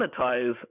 monetize